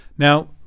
Now